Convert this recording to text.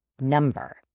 number